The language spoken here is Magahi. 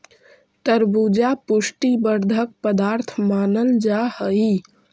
तरबूजा पुष्टि वर्धक पदार्थ मानल जा हई